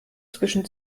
zwischen